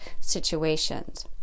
situations